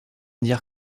dire